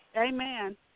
Amen